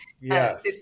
Yes